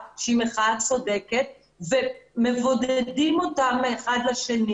שהיא מחאה צודקת ומבודדים אותם מאחד לשני.